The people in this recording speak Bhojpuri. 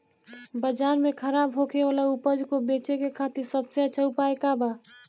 बाजार में खराब होखे वाला उपज को बेचे के खातिर सबसे अच्छा उपाय का बा?